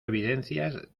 evidencias